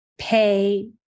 pay